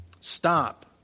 Stop